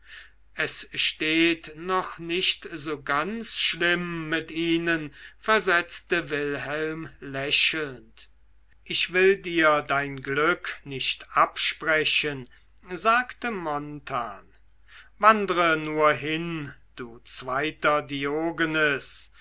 es steht noch nicht so ganz schlimm mit ihnen versetzte wilhelm lächelnd ich will dir dein glück nicht absprechen sagte jarno wandre nur hin du zweiter diogenes